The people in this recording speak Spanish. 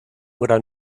gran